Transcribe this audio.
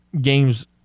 games